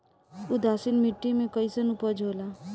उदासीन मिट्टी में कईसन उपज होला?